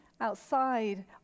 outside